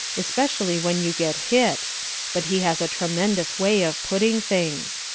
especially when you get hit but he has a tremendous way of putting things.